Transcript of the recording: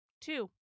Two